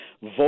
vote